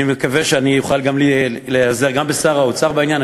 אני מקווה שאני אוכל להיעזר גם בשר האוצר בעניין,